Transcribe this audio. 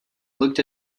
looked